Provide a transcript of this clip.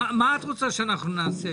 מה את רוצה שנעשה?